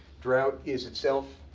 drought is, itself,